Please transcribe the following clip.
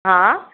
हां